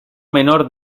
menor